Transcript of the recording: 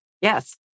yes